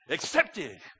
Accepted